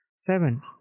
Seven